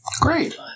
great